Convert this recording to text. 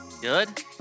Good